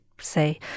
say